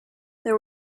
there